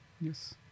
Yes